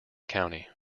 county